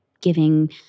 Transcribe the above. giving –